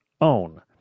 own